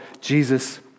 Jesus